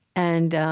and